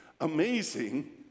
amazing